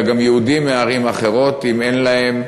אלא גם יהודים מערים אחרות אם אין להם,